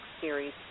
Series